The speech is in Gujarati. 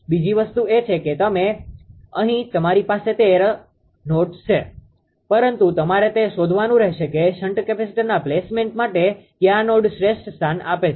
બીજી વસ્તુ એ છે કે અહીં તમારી પાસે તેર નોડસ છે પરંતુ તમારે તે શોધવાનું રહેશે કે શન્ટ કેપેસિટર્સના પ્લેસમેન્ટ માટે કયા નોડ શ્રેષ્ઠ સ્થાન આપે છે